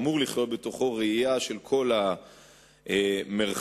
נמסר לי במליאת הכנסת על-ידי שר החקלאות ב-25 במרס